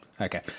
Okay